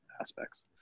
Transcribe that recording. aspects